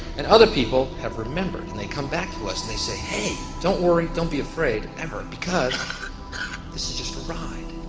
and other people have remembered, and they come back to us and they say hey, don't worry, don't be afraid, ever, because this is just a ride,